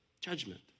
judgment